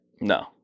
no